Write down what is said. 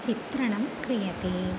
चित्रणं क्रियते